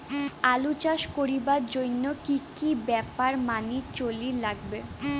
আলু চাষ করিবার জইন্যে কি কি ব্যাপার মানি চলির লাগবে?